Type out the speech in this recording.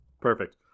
Perfect